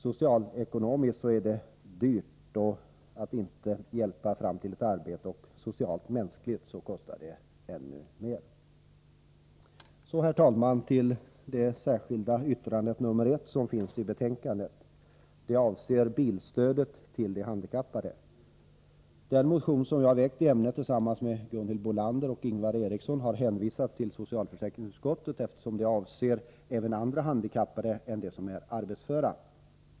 Socialekonomiskt är det dyrt att inte hjälpa människorna till ett arbete, och socialt-mänskligt kostar det ännu mera. Så, herr talman, till det särskilda yttrandet nr 1 som finns i betänkandet och som avser bilstödet till de handikappade. Den motion som jag har väckt i ämnet tillsammans med Gunhild Bolander och Ingvar Eriksson har hänvisats till socialförsäkringsutskottet, eftersom den avser även andra handikappade än dem som är arbetsföra.